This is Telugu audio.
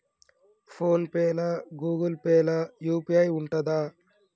ఫోన్ పే లా గూగుల్ పే లా యూ.పీ.ఐ ఉంటదా?